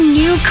new